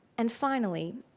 and finally,